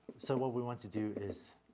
so what we want to do is